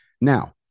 Now